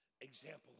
example